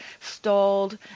stalled